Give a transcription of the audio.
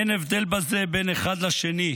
אין הבדל בזה בין אחד לשני,